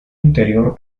interior